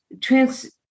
trans